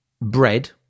bread